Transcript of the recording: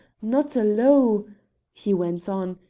not a lowe he went on,